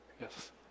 Yes